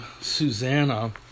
Susanna